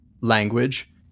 language